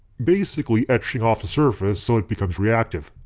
basically etching off the surface so it becomes reactive.